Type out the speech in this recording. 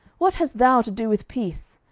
what hast thou to do with peace?